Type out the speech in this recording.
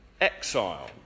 exile